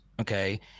okay